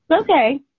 Okay